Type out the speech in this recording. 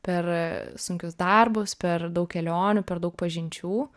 per sunkius darbus per daug kelionių per daug pažinčių